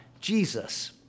Jesus